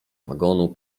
wagonu